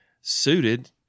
suited